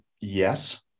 yes